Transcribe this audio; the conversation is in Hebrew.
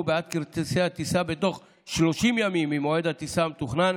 בעד כרטיסי הטיסה בתוך 30 ימים ממועד הטיסה המתוכנן